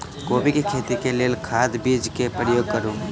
कोबी केँ खेती केँ लेल केँ खाद, बीज केँ प्रयोग करू?